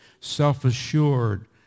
self-assured